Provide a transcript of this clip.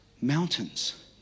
mountains